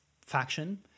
faction